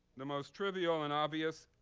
the most trivial and obvious,